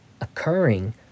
occurring